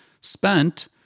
spent